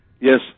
Yes